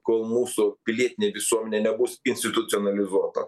kol mūsų pilietinė visuomenė nebus institucionalizuota